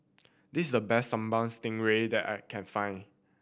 this is the best Sambal Stingray that I can find